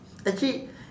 actually